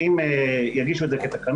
אם יגישו את זה כתקנות,